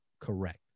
correct